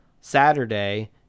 Saturday